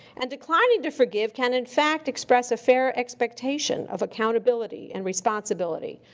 and declining to forgive can, in fact, express a fair expectation of accountability and responsibility.